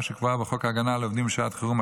שקבועה בחוק הגנה על עובדים בשעת חירום,